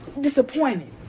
disappointed